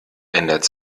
ändert